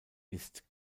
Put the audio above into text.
ist